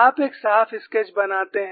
आप एक साफ स्केच बनाते हैं